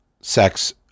sex